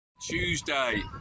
Tuesday